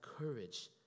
courage